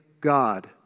God